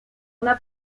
una